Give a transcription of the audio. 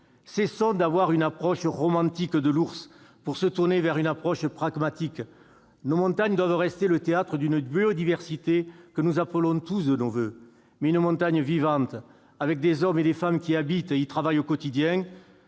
Cessons d'avoir une approche romantique de l'ours pour nous tourner vers une approche pragmatique ! Nos montagnes doivent rester le théâtre d'une biodiversité que nous appelons tous de nos voeux, des montagnes vivantes, avec des hommes et des femmes qui y habitent et y travaillent au quotidien,